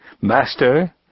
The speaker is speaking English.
Master